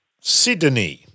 Sydney